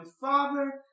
Father